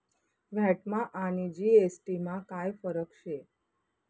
व्हॅटमा आणि जी.एस.टी मा काय फरक शे?